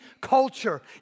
culture